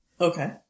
Okay